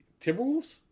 Timberwolves